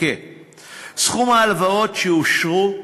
סכום ההלוואות שאושרו,